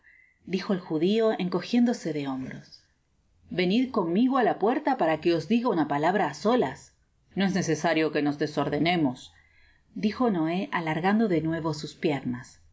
burlariadijo el judio encojiéhdose de hombros venid conmigo á la puerta para que os diga una palabra á solas i rt no es necesario que nos desordenemos dijo noé alargan content from google book search generated at do de nuevo sus piernas